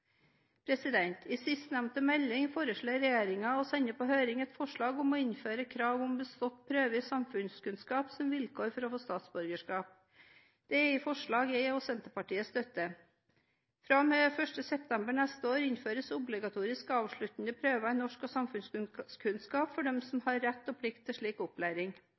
integreringspolitikken. I sistnevnte melding foreslår regjeringen å sende på høring et forslag om å innføre et krav om bestått prøve i samfunnskunnskap som vilkår for å få statsborgerskap. Det er et forslag jeg og Senterpartiet støtter. Fra og med 1. september neste år innføres obligatoriske avsluttende prøve i norsk og samfunnskunnskap for dem som har rett og plikt til slik opplæring.